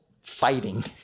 fighting